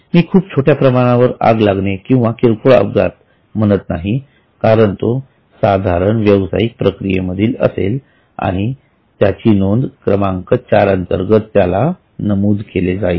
मी खूप छोट्या प्रमाणावर आग किंवा किरकोळ अपघात म्हणत नाही कारण तो साधारण व्यवसायिक प्रक्रिये मधील असेल आणि त्याला नोंद क्रमांक चार अंतर्गत नमूद केले जाईल